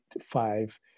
five